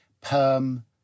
perm